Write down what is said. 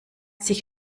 sich